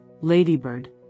Ladybird